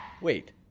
Wait